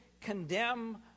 condemn